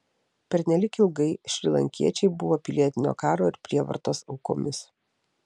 pernelyg ilgai šrilankiečiai buvo pilietinio karo ir prievartos aukomis